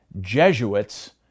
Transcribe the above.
Jesuits